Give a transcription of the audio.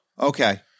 Okay